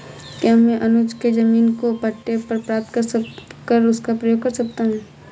क्या मैं अनुज के जमीन को पट्टे पर प्राप्त कर उसका प्रयोग कर सकती हूं?